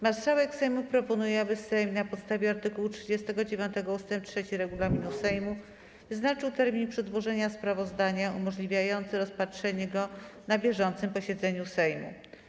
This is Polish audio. Marszałek Sejmu proponuje, aby Sejm, na podstawie art. 39 ust. 3 regulaminu Sejmu, wyznaczył termin przedłożenia sprawozdania umożliwiający rozpatrzenie go na bieżącym posiedzeniu Sejmu.